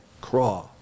craw